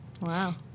Wow